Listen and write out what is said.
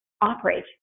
operate